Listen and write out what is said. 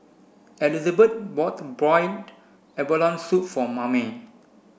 Elizabeth bought boiled abalone soup for Mamie